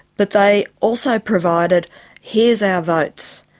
but they also provided here is our votes,